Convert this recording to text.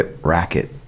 Racket